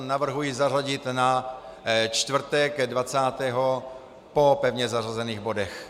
Navrhuji zařadit na čtvrtek dvacátého po pevně zařazených bodech.